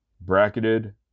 Bracketed